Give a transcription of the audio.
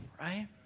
right